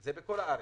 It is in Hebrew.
זה בכל הארץ.